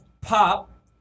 pop